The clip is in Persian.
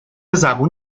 زبون